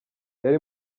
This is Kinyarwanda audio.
yari